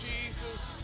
Jesus